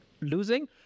losing